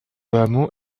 hameau